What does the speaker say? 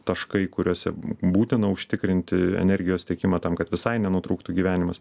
taškai kuriuose būtina užtikrinti energijos tiekimą tam kad visai nenutrūktų gyvenimas